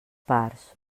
parts